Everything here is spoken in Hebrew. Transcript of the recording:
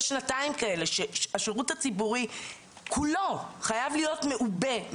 שנתיים כאלה שהשירות הציבורי כולו חייב להיות מעובה,